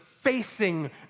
Facing